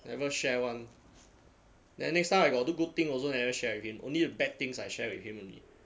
never share [one] then next time I got do good thing also never share again only the bad things I share with him